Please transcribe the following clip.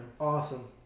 awesome